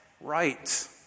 right